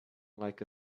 like